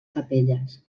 capelles